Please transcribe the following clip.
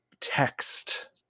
text